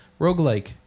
roguelike